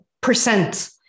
percent